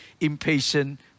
impatient